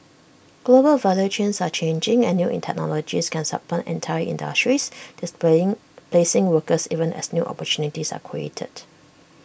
global value chains are changing and new technologies can supplant entire industries displaying placing workers even as new opportunities are created